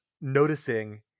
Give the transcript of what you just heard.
noticing